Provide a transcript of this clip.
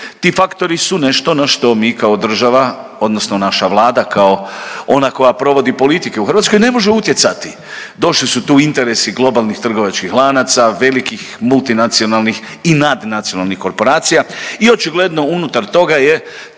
Ti faktori su nešto na što mi kao država odnosno naša Vlada kao ona koja provodi politike u Hrvatskoj, ne može utjecati. Došli su tu interesi globalnih trgovačkih lanaca velikih multinacionalnih i nadnacionalnih korporacija i očigledno unutar toga je